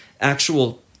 actual